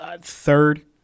Third